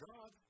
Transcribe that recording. God